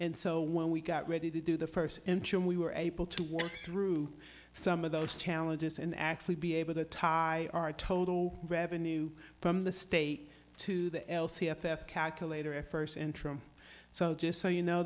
and so when we got ready to do the first interim we were able to work through some of those challenges and actually be able to tie our total revenue from the state to the l c at that calculator at first interim so just so you know